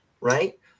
right